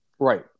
Right